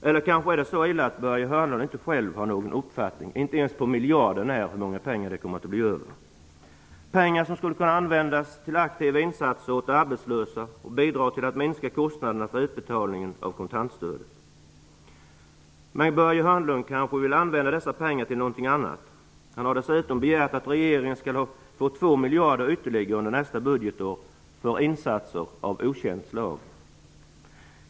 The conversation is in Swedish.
Eller är det så illa att Börje Hörnlund inte själv har någon uppfattning, inte ens på miljarden när, hur mycket det kommer att bli över? Det är fråga om pengar som skulle kunna användas för aktiva insatser åt de arbetslösa och bidra till att minska kostnaderna för utbetalningarna av kontantstöden. Men Börje Hörnlund kanske vill använda dessa pengar till något annat? Han har dessutom begärt att regeringen skall få två miljarder ytterligare under nästa budgetår för insatser av okänt slag.